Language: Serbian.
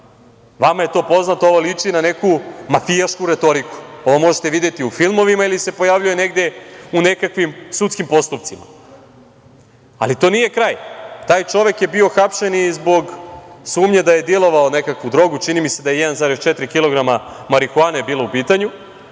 Vama je to poznato. Ovo liči na neku mafijašku retoriku. Ovo možete videti u filmovima ili se pojavljuje negde u nekakvim sudskim postupcima. Ali, to nije kraj. Taj čovek je bio hapšen i zbog sumnje da je dilovao nekakvu drogu, čini mi se da je 1,4 kilograma marihuane bilo u pitanju.